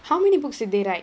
how many books did they write